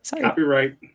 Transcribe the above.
copyright